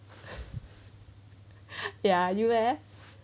ya you leh